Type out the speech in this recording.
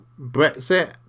Brexit